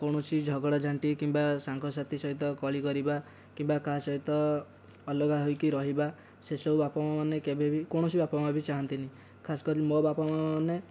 କୌଣସି ଝଗଡ଼ା ଝାଣ୍ଟି କିମ୍ବା ସାଙ୍ଗସାଥି ସହିତ କଳି କରିବା କିମ୍ବା କାହା ସହିତ ଅଲଗା ହୋଇକି ରହିବା ସେସବୁ ବାପା ମା'ମାନେ କେବେ ବି କୌଣସି ବାପା ମା' ଚାହାନ୍ତିନି ଖାସ୍ କରି ମୋ ବାପା ମା'ମାନେ